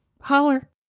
holler